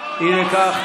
אי לכך,